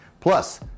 Plus